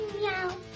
Meow